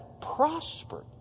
prospered